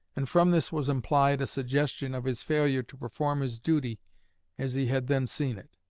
and from this was implied a suggestion of his failure to perform his duty as he had then seen it.